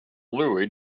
louie